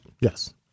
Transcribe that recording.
yes